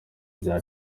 bya